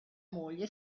moglie